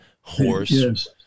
horse